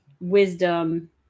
wisdom